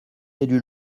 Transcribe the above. élus